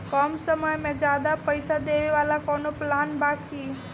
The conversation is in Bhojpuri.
कम समय में ज्यादा पइसा देवे वाला कवनो प्लान बा की?